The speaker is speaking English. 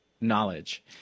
knowledge